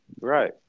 Right